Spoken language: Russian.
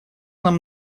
нам